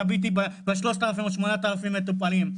תביטי ב-3 אלף או 8 אלף מטופלים.